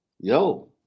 yo